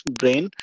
brain